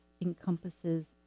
encompasses